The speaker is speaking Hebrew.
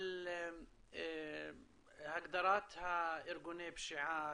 על הגדרת ארגוני הפשיעה,